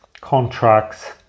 contracts